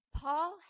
Paul